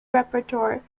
repertoire